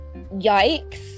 Yikes